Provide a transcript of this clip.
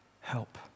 help